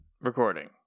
Recording